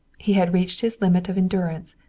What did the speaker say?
he had reached his limit of endurance.